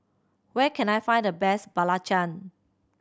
where can I find the best belacan